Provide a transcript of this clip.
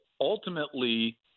ultimately